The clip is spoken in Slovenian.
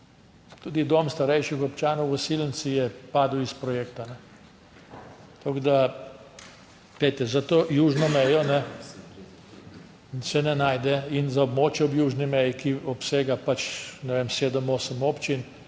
Tudi Dom starejših občanov v Osilnici je padel iz projekta. Tako da glejte, za to južno mejo se ne najde in za območje ob južni meji, ki obsega pač, ne vem, sedem,